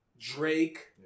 Drake